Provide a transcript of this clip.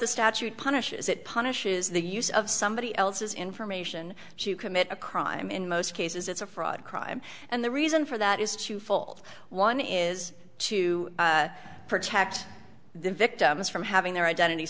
the statute punishes that punishes the use of somebody else's information to commit a crime in most cases it's a fraud crime and the reason for that is twofold one is to protect the victims from having their identit